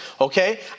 okay